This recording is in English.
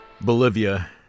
Bolivia